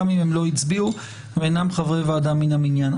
גם אם הם לא הצביעו ואינם חברי הוועדה מין המניין.